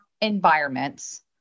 environments